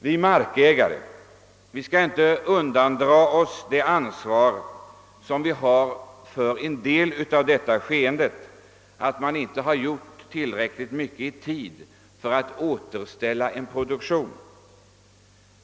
Vi markägare skall inte undandra oss det ansvar som vi delvis har för denna utveckling, eftersom det inte har gjorts tillräckligt mycket i tid för att återställa en produktion.